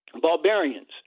barbarians